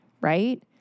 right